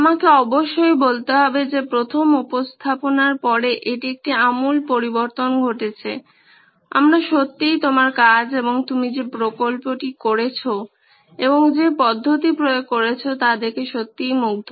আমাকে অবশ্যই বলতে হবে যে প্রথম উপস্থাপনার পরে এটি একটি আমূল পরিবর্তন ঘটেছে আমরা সত্যিই তোমার কাজ এবং তুমি যে প্রকল্পটি করেছো এবং যে পদ্ধতি প্রয়োগ করেছো তা দেখে সত্যিই মুগ্ধ